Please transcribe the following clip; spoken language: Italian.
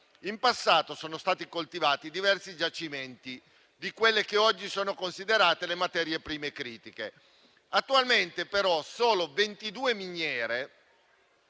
In passato sono stati coltivati diversi giacimenti di quelle che oggi sono considerate le materie prime critiche. Attualmente però solo in 22 miniere,